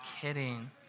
kidding